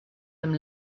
dem